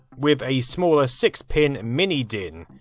with a smaller six pin mini-din.